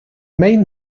main